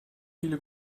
viele